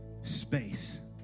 space